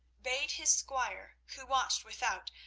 bade his squire, who watched without,